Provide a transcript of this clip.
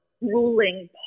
ruling